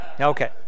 Okay